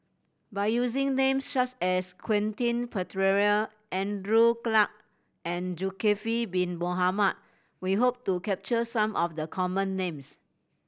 by using names such as Quentin Pereira Andrew Clarke and Zulkifli Bin Mohamed we hope to capture some of the common names